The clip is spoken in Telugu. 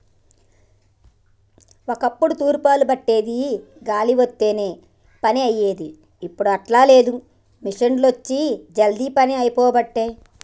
ఒక్కప్పుడు తూర్పార బట్టేది అది గాలి వత్తనే పని అయ్యేది, ఇప్పుడు అట్లా లేదు మిషిండ్లొచ్చి జల్దీ పని అయిపోబట్టే